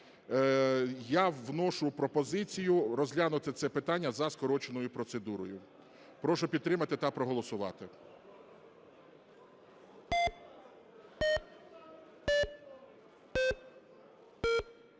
я вношу пропозицію розглянути це питання за скороченою процедурою. Прошу підтримати та проголосувати.